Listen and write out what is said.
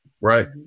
Right